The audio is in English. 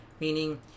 meaning